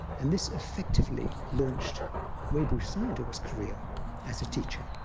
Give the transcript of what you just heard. and this effectively launched webu sayadaw's career as a teacher.